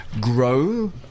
grow